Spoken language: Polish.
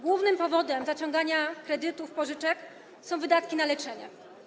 Głównym powodem zaciągania kredytów i pożyczek są wydatki na leczenie.